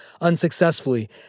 unsuccessfully